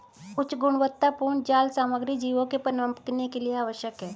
उच्च गुणवत्तापूर्ण जाल सामग्री जीवों के पनपने के लिए आवश्यक है